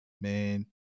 man